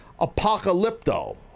Apocalypto